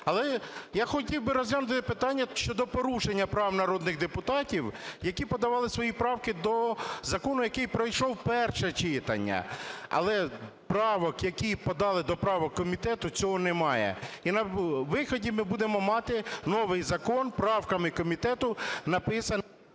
Але я хотів би розглянути питання щодо порушення прав народних депутатів, які подавали свої правки до закону, який пройшов перше читання. Але правок, які подали до правок комітету, цього немає. І на виході ми будемо мати новий закон, правками комітету… ГОЛОВУЮЧИЙ.